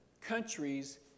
countries